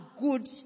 good